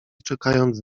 czekając